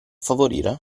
favorire